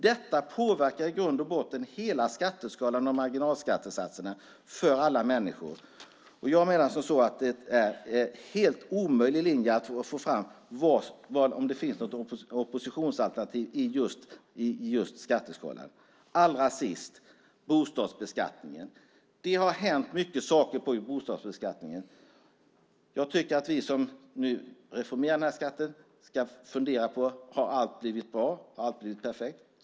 Detta påverkar i grund och botten hela skatteskalan med marginalskattesatserna för alla människor. Jag menar att det är helt omöjligt att få fram något oppositionsalternativ när det gäller just skatteskalan. Allra sist vill jag ta upp bostadsbeskattningen. Det har hänt mycket på det området. Jag tycker att vi som nu reformerar denna skatt ska fundera. Har allt blivit bra? Har allt blivit perfekt?